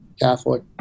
Catholic